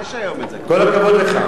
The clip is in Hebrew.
כל הכבוד לך.